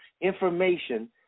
information